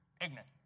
Ignorant